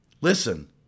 listen